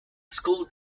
school